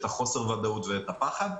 את חוסר הוודאות והפחד.